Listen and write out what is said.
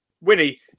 Winnie